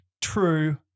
true